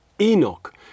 Enoch